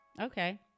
Okay